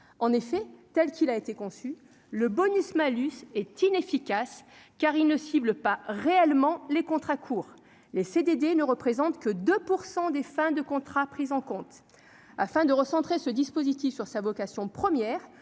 en effet telle qu'il a été conçu le bonus-malus est inefficace car il ne cible pas réellement les contrats courts, les CDD ne représente que 2 % des fins de contrats prise en compte afin de recentrer ce dispositif sur sa vocation première